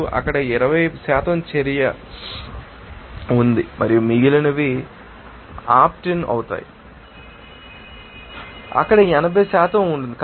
2 అక్కడ 20 చర్య ఉంది మరియు మిగిలినవి ఆప్ట్ ఇన్ అవుతాయి అక్కడ 80 ఉంటుంది